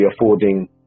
affording